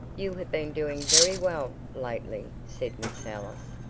you have been doing very well lately, said miss ellis,